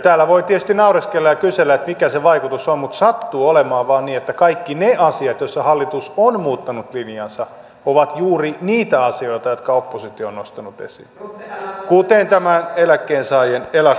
täällä voi tietysti naureskella ja kysellä mikä se vaikutus on mutta sattuu olemaan vain niin että kaikki ne asiat joissa hallitus on muuttanut linjaansa ovat juuri niitä asioita jotka oppositio on nostanut esiin kuten tämä